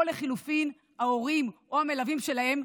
או לחלופין ההורים או המלווים שלהם,